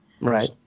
Right